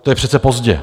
To je přece pozdě!